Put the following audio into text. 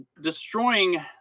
destroying